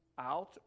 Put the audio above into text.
out